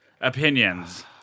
Opinions